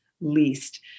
least